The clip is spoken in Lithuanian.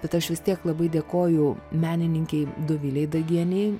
bet aš vis tiek labai dėkoju menininkei dovilei dagienei